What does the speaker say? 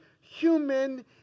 human